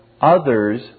others